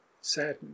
saddened